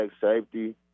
safety